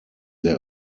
der